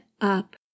up